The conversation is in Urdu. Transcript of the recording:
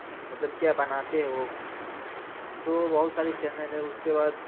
مطلب کیا بناتے ہے وہ تو بہت سارے چینل ہے اس کے بعد